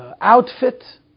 outfit